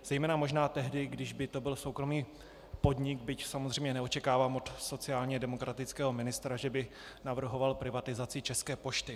Zejména možná tehdy, když by to byl soukromý podnik, byť samozřejmě neočekávám od sociálně demokratického ministra, že by navrhoval privatizaci České pošty.